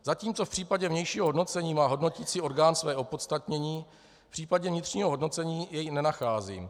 Zatímco v případě vnějšího hodnocení má hodnoticí orgán své opodstatnění, v případě vnitřního hodnocení jej nenacházím.